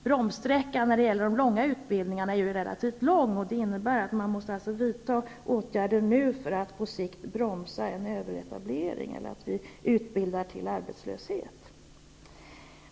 Bromssträckan när det gäller de långa utbildningarna är ju relativt lång, och då måste det vidtas åtgärder nu för att på sikt bromsa en överetablering eller förhindra att vi utbildar till arbetslöshet.